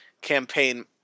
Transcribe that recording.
campaign